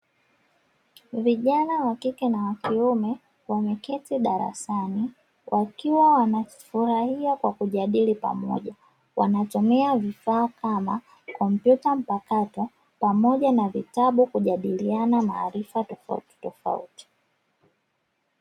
Vijana wa kike na wa kiume wameketi darasani wakiwa wanafurahia kwa kujadili pamoja, wanatumia vifaa kama kompyuta mpakato pamoja na vitabu kujadiliana maarifa tofauti tofauti.